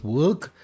work